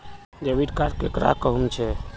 Debit card केकरा कहुम छे?